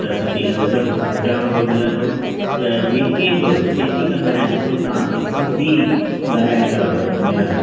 त सिंधी हजम हजाम बि मिलंदो त जेके बि खेती कंदड़ आहिनि उहे बि तव्हां खे सिंधी ॻाल्हाईंदड़ु पाण मिलंदा